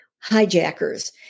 hijackers